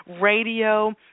Radio